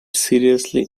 seriously